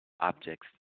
objects